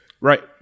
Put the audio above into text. right